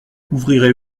ouvrirez